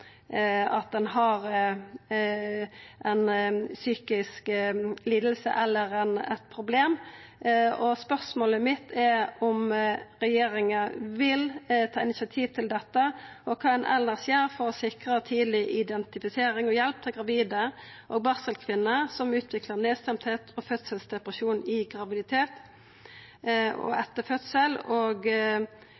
ein har ei psykisk liding eller eit problem. Spørsmålet mitt er om regjeringa vil ta initiativ til dette, og kva ein elles gjer for å sikra tidleg identifisering og hjelp til gravide og barselkvinner som utviklar nedstemtheit og fødselsdepresjon i graviditet og